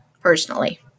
personally